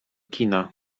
kina